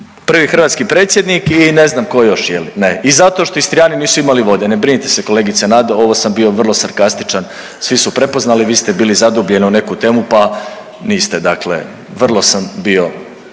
prvi hrvatski predsjednik i ne znam tko još, je li, i zato što Istrijani nisu imali vode, ne brinite se, kolegice Nado, ovo sam bio vrlo sarkastičan, svi su prepoznali, vi ste bili zadubljeni u neku temu, pa niste dakle, vrlo vam bio